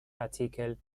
artikel